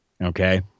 Okay